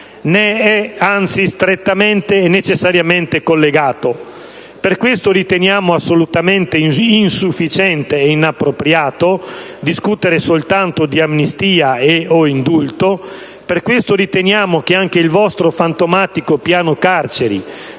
ne è anzi strettamente e necessariamente collegato. Per questo riteniamo assolutamente insufficiente e inappropriato discutere soltanto di amnistia e/o indulto. Per questo riteniamo che anche il vostro fantomatico piano carceri